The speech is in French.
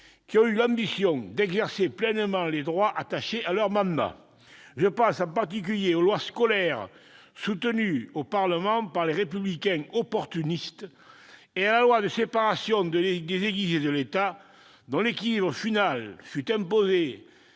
qui ont eu l'ambition d'exercer pleinement les droits attachés à leur mandat. Je pense en particulier aux lois scolaires soutenues au Parlement par les « Républicains opportunistes » et à la loi de séparation des Églises et de l'État, dont l'équilibre final fut imposé